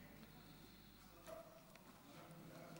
חוק נכי רדיפות הנאצים (תיקון מס'